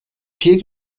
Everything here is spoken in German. vier